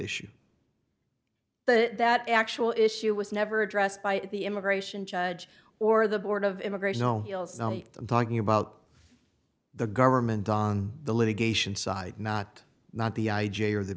but that actual issue was never addressed by the immigration judge or the board of immigration on heels i'm talking about the government on the litigation side not not the i j a or the